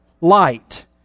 Light